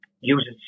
uses